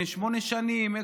שמונה שנים,